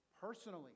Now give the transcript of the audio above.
personally